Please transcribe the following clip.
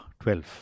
12